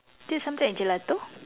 this is something like gelato